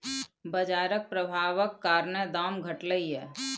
बजारक प्रभाबक कारणेँ दाम घटलै यै